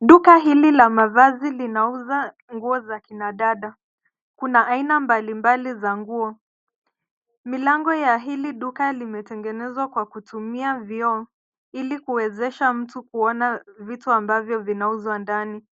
Duka hili la mavazi linauza nguo za kina dada. Kuna aina mbalimbali za nguo. Milango ya hili duka limetengenezwa kwa kutumia vioo ili kuwezesha mtu kuona vitu ambavyo vinauzwa ndani.